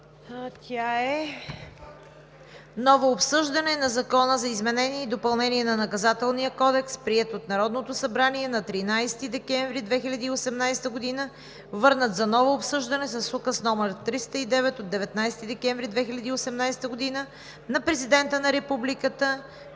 г. 3. Ново обсъждане на Закона за изменение и допълнение на Наказателния кодекс, приет от Народното събрание на 13 декември 2018 г., върнат за ново обсъждане с Указ № 309 от 18 декември 2018 г. на Президента на Републиката по чл.